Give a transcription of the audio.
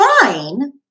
fine